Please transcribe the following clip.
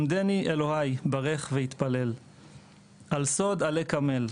למדני אלוהיי ברך והתפלל על סוד עלה קמל,